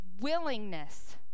willingness